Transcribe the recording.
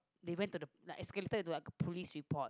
they went to the like escalator to a police report